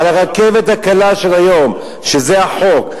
על הרכבת הקלה של היום, שזה החוק.